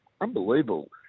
unbelievable